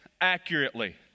accurately